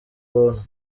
buntu